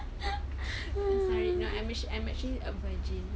sorry not um I'm actually a virgin yeah yeah